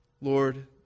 Lord